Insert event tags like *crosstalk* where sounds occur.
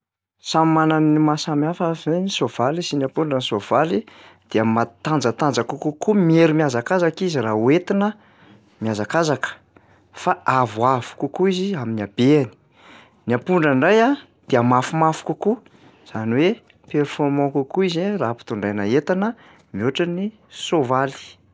Samy manana ny mahasamy hafa *unintelligible* soavaly sy ny ampondra. Ny soavaly dia matanjatanjaka kokoa miery miazakazaka raha hoentina miazakazaka fa avoavo kokoa izy amin'ny habeany, ny ampondra indray a dia mafimafy kokoa zany hoe performant kokoa izy raha ampitondraina entana mihoatra ny soavaly.